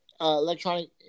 electronic